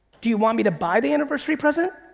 do you want me to buy the anniversary present?